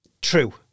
True